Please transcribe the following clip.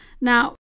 Now